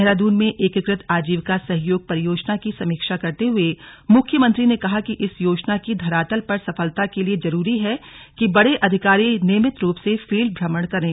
देहरादून में एकीकृत आजीविका सहयोग परियोजना की समीक्षा करते हुए मुख्यमंत्री ने कहा कि इस योजना की धरातल पर सफलता के लिए जरूरी है कि बड़े अधिकारी नियमित रूप से फील्ड भ्रमण करें